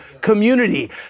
community